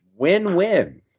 Win-win